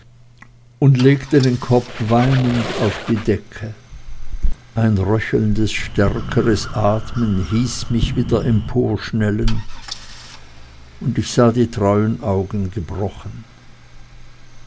und legte den kopf weinend auf die decke ein röchelndes stärkeres atmen hieß mich wieder emporschnellen und ich sah die treuen augen gebrochen